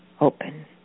open